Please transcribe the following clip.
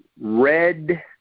red